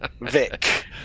Vic